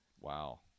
Wow